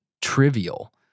trivial